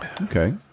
Okay